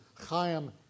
Chaim